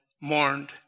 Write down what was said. mourned